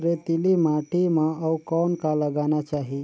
रेतीली माटी म अउ कौन का लगाना चाही?